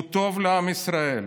הוא טוב לעם ישראל.